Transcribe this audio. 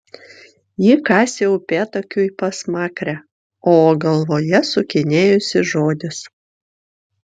ji kasė upėtakiui pasmakrę o galvoje sukinėjosi žodis